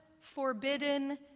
forbidden